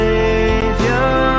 Savior